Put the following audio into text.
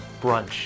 brunch